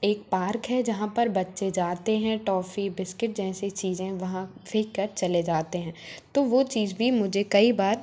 एक पार्क है जहाँ पर बच्चे जाते हैं टॉफी बिस्किट जैसी चीज़ें वहाँ फेंक कर चले जाते हैं तो वो चीज़ भी मुझे कई बार